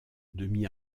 demi